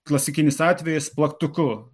klasikinis atvejis plaktuku